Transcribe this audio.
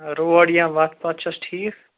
road یا وَتھ پَتھ چھَس ٹھیٖک